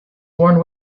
worn